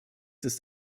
ist